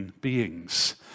Beings